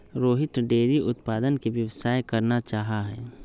Rohit dairy उत्पादन के व्यवसाय करना चाहा हई